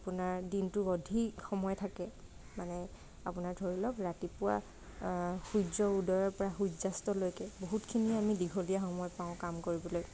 আপোনাৰ দিনটোৰ অধিক সময় থাকে মানে আপোনাৰ ধৰি লওঁক ৰাতিপুৱা সূৰ্য্য উদয়ৰ পৰা সূৰ্য্য়াস্তলৈকে বহুতখিনি আমি দীঘলীয়া সময় পাওঁ কাম কৰিবলৈ